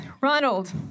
Ronald